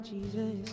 Jesus